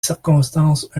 circonstances